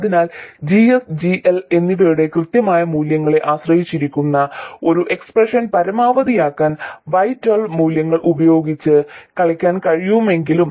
അതിനാൽ GS GL എന്നിവയുടെ കൃത്യമായ മൂല്യങ്ങളെ ആശ്രയിച്ചിരിക്കുന്ന ഈ എക്സ്പ്രഷൻ പരമാവധിയാക്കാൻ y12 മൂല്യങ്ങൾ ഉപയോഗിച്ച് കളിക്കാൻ കഴിയുമെങ്കിലും